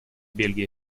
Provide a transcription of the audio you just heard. бельгия